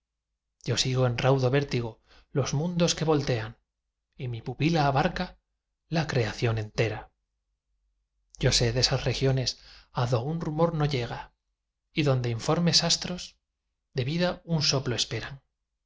yo sigo en raudo vértigo los mundos que voltean y mi pupila abarca la creación entera yo sé de esas regiones á do un rumor no llega y donde informes astros de vida un soplo esperan